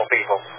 people